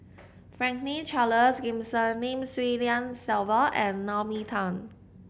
Franklin Charles Gimson Lim Swee Lian Sylvia and Naomi Tan